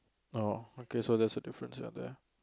oh okay so there's a difference up there